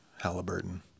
Halliburton